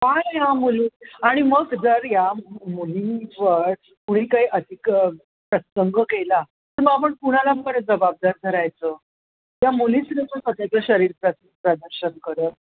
काय ह्या मुली आणि मग जर या मुलींवर कोणी काही अधिक प्रसंग केला तर मग आपण कोणाला बरं जबाबदार धरायचं त्या मुलीच जर स्वत च्या शरीर प्रद प्रदर्शन करत